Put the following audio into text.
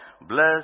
Bless